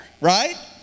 right